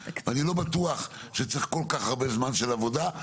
אני לא בטוח שצריך כל כך הרבה זמן של עבודה,